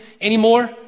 anymore